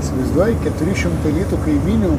įsivaizduoji keturi šimtai litų kaimynių